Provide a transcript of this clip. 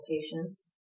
patients